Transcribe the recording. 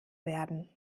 werden